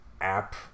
app